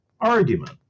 argument